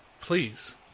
Please